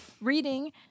Reading